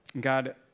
God